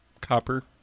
Copper